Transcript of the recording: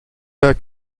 pas